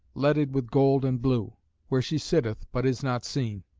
leaded with gold and blue where she sitteth, but is not seen.